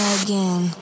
again